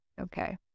Okay